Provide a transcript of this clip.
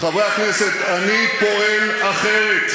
חברי הכנסת, אני פועל אחרת,